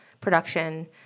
production